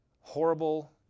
horrible